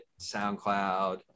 soundcloud